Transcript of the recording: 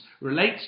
relate